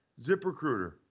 ZipRecruiter